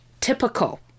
typical